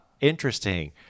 interesting